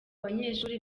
banyeshuri